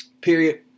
Period